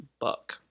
buck